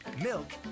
milk